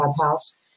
house